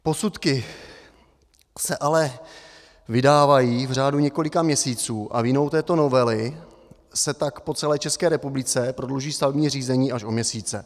Posudky se ale vydávají v řádu několika měsíců a vinou této novely se tak po celé České republice prodlouží stavební řízení až o měsíce.